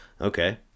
okay